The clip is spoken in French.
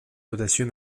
audacieux